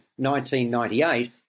1998